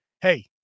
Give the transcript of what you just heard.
hey